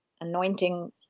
anointing